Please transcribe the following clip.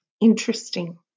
Interesting